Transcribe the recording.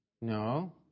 No